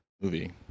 movie